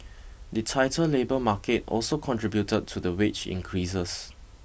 the tighter labour market also contributed to the wage increases